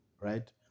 right